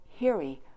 hiri